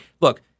Look